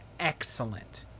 excellent